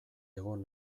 egon